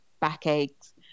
backaches